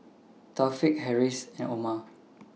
Taufik Harris and Omar